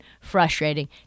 frustrating